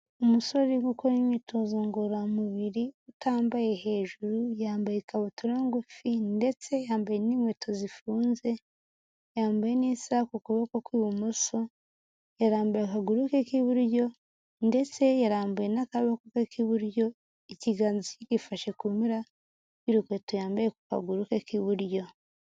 Umusore uri gukora imyitozo ngororamubiri utambaye hejuru; yambaye ikabutura ngufi ndetse yambaye n'inkweto zifunze; yambaye n'isaha ku kuboko kw'ibumoso; yarambuye akaguru ke k'iburyo ndetse yarambuye n'akaboko ke k'iburyo; ikiganza cye gifashe ku mpera y'urukweto yambaye ku kaguru ke k'iburyo.